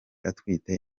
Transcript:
atwite